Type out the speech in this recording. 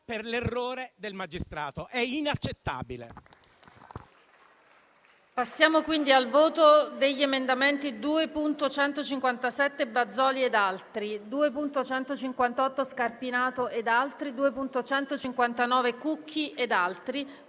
per l'errore del magistrato. È inaccettabile.